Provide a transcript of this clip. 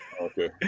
okay